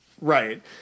Right